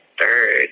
third